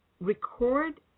record